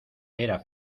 era